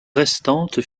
restantes